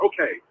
Okay